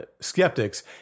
skeptics